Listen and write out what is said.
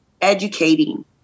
educating